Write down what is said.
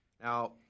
Now